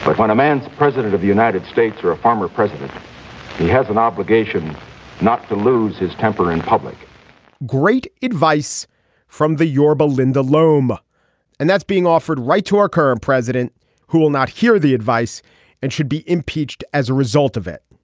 but when a man president of the united states or a former president he has an obligation not to lose his temper in public great advice from the yorba linda loma and that's being offered right to our current president who will not hear the advice and should be impeached as a result of it.